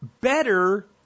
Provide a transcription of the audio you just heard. Better